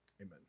Amen